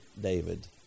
David